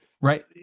Right